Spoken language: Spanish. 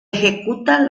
ejecutan